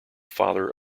father